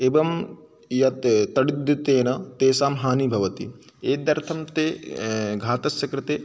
एवं यत् तडिद्युतेन तेषां हानिः भवति एतदर्थं ते घातस्य कृते